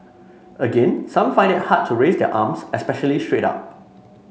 again some find it hard to raise their arms especially straight up